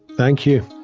thank you.